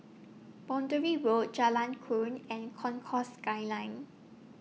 Boundary Road Jalan Krian and Concourse Skyline